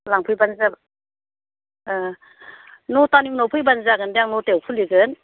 लाफैबानो जाबाय ओह नथानि उनाव फैबानो जागोन दे आं नथायाव खुलिगोन